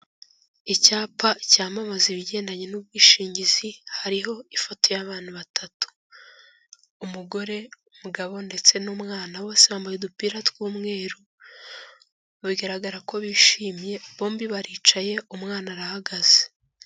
Icyapa cyamamaza ibigendanye n'ubwishingizi hariho ifoto y'abantu batatu, umugore mugabo ndetse n'umwana, bose bambaye udupira tw'umweru bigaragara ko bishimye, bombi baricaye umwana arahagaze.